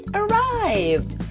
arrived